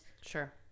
Sure